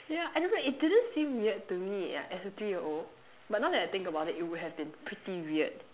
yeah I don't know it didn't seem weird to me ya as a three year old but now that I think about it it would have been pretty weird